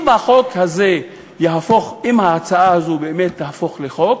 אם החוק הזה יהפוך, אם ההצעה הזו באמת תהפוך לחוק,